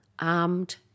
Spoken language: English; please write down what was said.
Armed